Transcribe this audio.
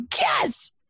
Yes